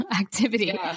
activity